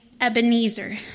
Ebenezer